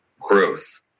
growth